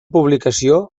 publicació